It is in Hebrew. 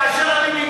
כאשר אני,